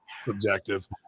subjective